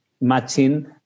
matching